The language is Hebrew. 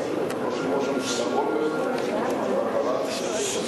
לא של ראש הממשלה אולמרט ולא של ראש הממשלה